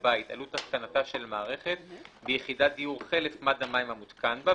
בית עלות התקנתה של המערכת ביחידת דיור חלף מד מים המותקן בה.